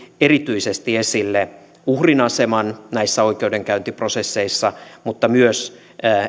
erityisesti esille uhrin aseman näissä oikeudenkäyntiprosesseissa mutta myös